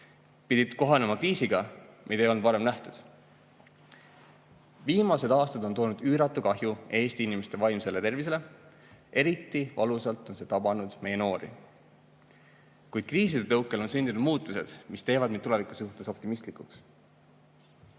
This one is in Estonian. pidi kohanema kriisiga, mida ei olnud varem nähtud. Viimased aastad on toonud üüratu kahju Eesti inimeste vaimsele tervisele. Eriti valusalt on see tabanud meie noori. Kuid kriiside tõukel on sündinud muutused, mis teevad mind tuleviku suhtes optimistlikuks.